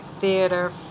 theater